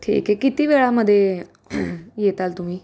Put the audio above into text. ठीक आहे किती वेळामध्ये येताल तुम्ही